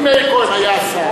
אם מאיר כהן היה השר,